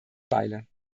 weile